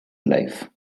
life